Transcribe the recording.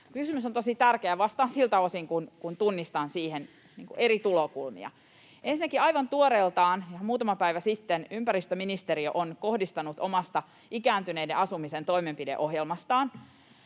kysymys on tosi tärkeä, ja vastaan siltä osin kuin tunnistan siihen eri tulokulmia: Ensinnäkin aivan tuoreeltaan, muutama päivä sitten, ympäristöministeriö on kohdistanut omasta ikääntyneiden asumisen toimenpideohjelmastaan